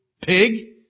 Pig